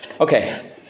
Okay